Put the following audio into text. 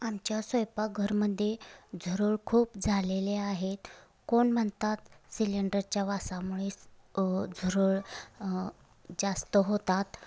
आमच्या स्वयंपाकघरमध्ये झुरळ खूप झालेले आहे कोण म्हणतात सिलेंडरच्या वासामुळेच झुरळ जास्त होतात